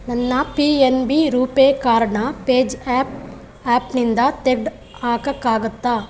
ನನ್ನ P N B RuPay ಕಾರ್ಡ್ನ page app ಆ್ಯಪ್ನಿಂದ ತೆಗ್ದು ಹಾಕೋಕ್ಕಾಗುತ್ತ